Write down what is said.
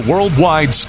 Worldwide